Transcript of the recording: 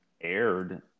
aired